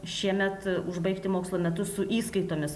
šiemet užbaigti mokslo metus su įskaitomis